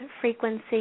frequency